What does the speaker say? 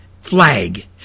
flag